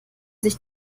sich